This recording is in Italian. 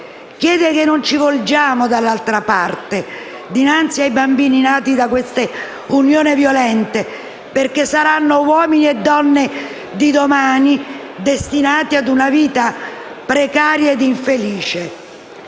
Chiede che non ci volgiamo dall'altra parte dinnanzi ai bambini nati da queste unioni violente, perché saranno uomini e donne di domani destinati ad una vita precaria ed infelice.